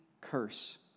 curse